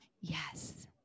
Yes